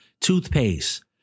toothpaste